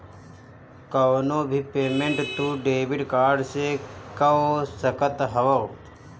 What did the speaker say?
कवनो भी पेमेंट तू डेबिट कार्ड से कअ सकत हवअ